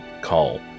call